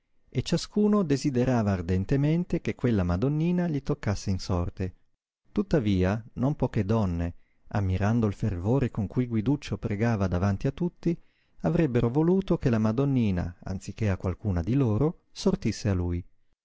e ciascuno desiderava ardentemente che quella madonnina gli toccasse in sorte tuttavia non poche donne ammirando il fervore con cui guiduccio pregava davanti a tutti avrebbero voluto che la madonnina anziché a qualcuna di loro sortisse a lui